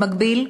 במקביל,